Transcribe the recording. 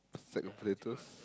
sack of potatoes